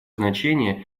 значение